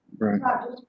Right